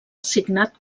assignat